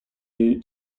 due